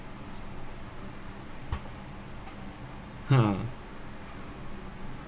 !huh!